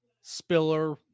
Spiller